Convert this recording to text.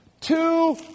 Two